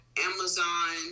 Amazon